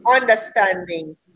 understanding